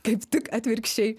taip tik atvirkščiai